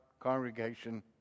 congregation